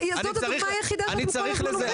זאת הדוגמה היחידה שאתם כל הזמן אומרים.